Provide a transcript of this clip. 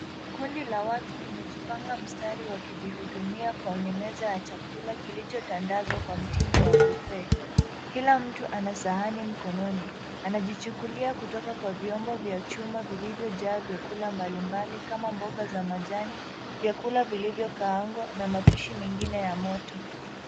Kundi la watu limejipanga mstari wakijihudumia kwenye meza ya chakula kilichotandazwa kwa mtindo wa bufee. Kila mtu ana sahani mkononi. Anajichukulia kutoka kwa vyombo vya chuma vilivyojaa vyakula mbalimbali kama mboga za majani, vyakula vilivyokaangwa na mapishi mengine ya moto.